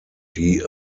die